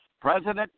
President